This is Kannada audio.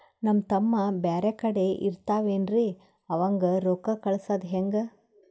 ನಮ್ ತಮ್ಮ ಬ್ಯಾರೆ ಕಡೆ ಇರತಾವೇನ್ರಿ ಅವಂಗ ರೋಕ್ಕ ಕಳಸದ ಹೆಂಗ?